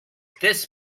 this